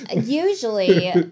Usually